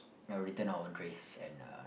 ya return our own trays and uh